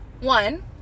one